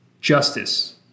justice